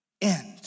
end